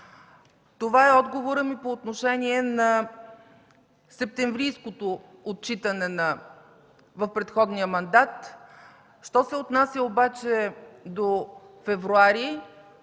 Това е отговорът ми по отношение на септемврийското отчитане в предходния мандат. Що се отнася обаче до месец февруари,